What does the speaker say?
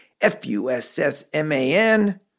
F-U-S-S-M-A-N